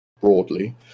broadly